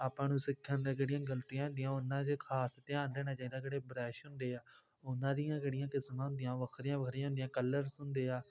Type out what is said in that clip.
ਆਪਾਂ ਨੂੰ ਸਿੱਖਣ ਦੀਆਂ ਕਿਹੜੀਆਂ ਗਲਤੀਆਂ ਹੁੰਦੀਆਂ ਉਹਨਾਂ ਜੇ ਖਾਸ ਧਿਆਨ ਦੇਣਾ ਚਾਹੀਦਾ ਕਿਹੜੇ ਬਰੱਸ਼ ਹੁੰਦੇ ਆ ਉਹਨਾਂ ਦੀਆਂ ਕਿਹੜੀਆਂ ਕਿਸਮਾਂ ਹੁੰਦੀਆਂ ਵੱਖਰੀਆਂ ਵੱਖਰੀਆਂ ਹੁੰਦੀਆਂ ਕਲਰਸ ਹੁੰਦੇ ਆ